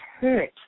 hurt